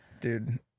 Dude